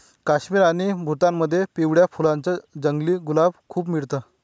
काश्मीर आणि भूतानमध्ये पिवळ्या फुलांच जंगली गुलाब खूप मिळत